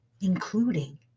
including